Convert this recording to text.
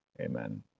Amen